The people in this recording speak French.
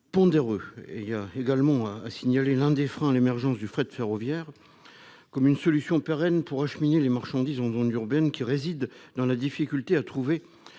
pondéreux. Or l'un des freins à l'émergence du fret ferroviaire comme une solution pérenne pour acheminer les marchandises en zone urbaine réside dans la difficulté à trouver